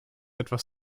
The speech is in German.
etwas